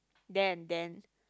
there and then